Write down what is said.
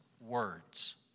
words